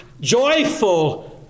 joyful